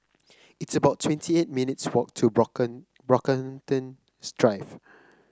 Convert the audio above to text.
it's about twenty eight minutes' walk to Brockham Brockhamptons Drive